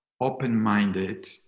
open-minded